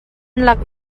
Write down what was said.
lak